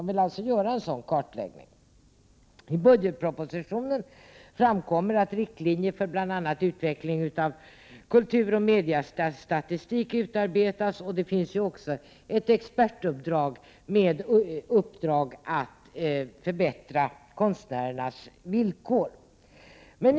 I budgetpropositionen framkommer att riktlinjer för bl.a. utveckling av kulturoch mediastatistiken utarbetas, och det finns också ett expertuppdrag att förbättra konstnärernas villkor.